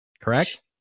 correct